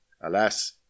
Alas